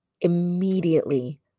immediately